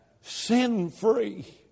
sin-free